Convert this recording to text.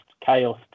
chaos